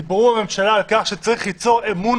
דיברו בממשלה על כך שצריך ליצור אמון